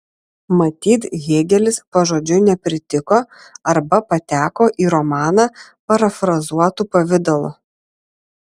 matyt hėgelis pažodžiui nepritiko arba pateko į romaną parafrazuotu pavidalu